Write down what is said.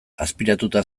azpiratuta